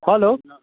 hello